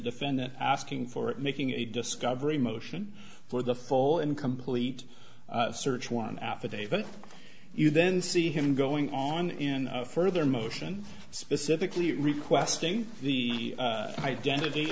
defendant asking for it making a discovery motion for the full and complete search one affidavit you then see him going on in further motion specifically requesting the identity